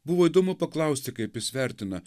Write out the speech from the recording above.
buvo įdomu paklausti kaip jis vertina